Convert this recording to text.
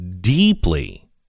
deeply